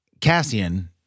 cassian